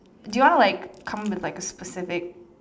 do you want to like come to like a specific